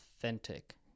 authentic